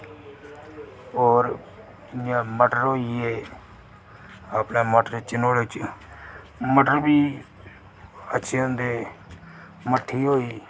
होर इं'या मटर होइये अपना मटर नुहाड़े च मटर बी अच्छे होंदे मट्ठी होई